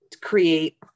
create